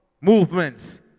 Movements